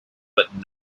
but